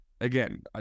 again